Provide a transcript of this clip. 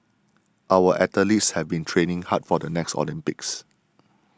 our athletes have been training hard for the next Olympics